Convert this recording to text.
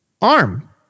arm